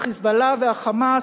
ו"חיזבאללה" וה"חמאס",